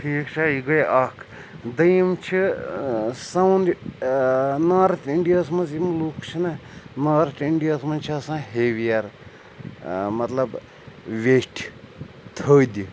ٹھیٖک چھےٚ یہِ گٔے اَکھ دٔیِم چھِ ساوُن نارٕتھ اِنٛڈیاہَس منٛز یِم لُکھ چھِنَہ نارٕتھ اِنٛڈیاہَس منٛز چھِ آسان ہیوِیَر مَطلَب ویٚٹھۍ تھٔدۍ